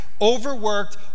overworked